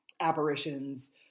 apparitions